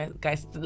guys